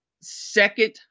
second